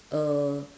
uh